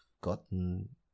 gotten